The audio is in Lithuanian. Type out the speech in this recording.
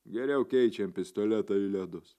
geriau keičiam pistoletą į ledus